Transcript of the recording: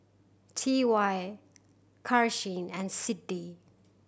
T Y Karsyn and Siddie